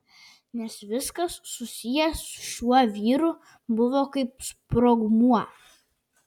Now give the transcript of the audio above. nes viskas susiję su šiuo vyru buvo kaip sprogmuo